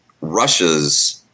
Russia's